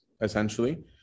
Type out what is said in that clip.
essentially